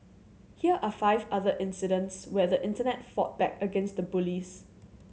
here are five other incidents where the Internet fought back against the bullies